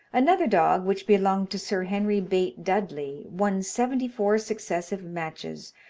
another dog, which belonged to sir henry bate dudley, won seventy-four successive matches,